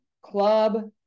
club